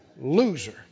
loser